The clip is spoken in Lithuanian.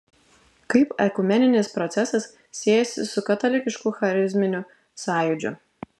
kaip ekumeninis procesas siejasi su katalikišku charizminiu sąjūdžiu